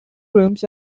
rooms